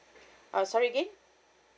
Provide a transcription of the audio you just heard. uh sorry again